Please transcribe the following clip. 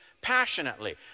passionately